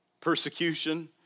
persecution